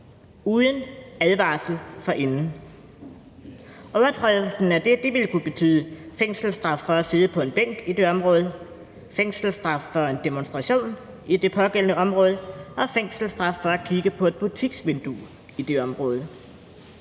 uden advarsel forinden. Overtrædelsen af det vil kunne betyde fængselsstraf for at sidde på en bænk i det område, fængselsstraf for en demonstration i det pågældende område og fængselsstraf for at kigge på et butiksvindue i det område.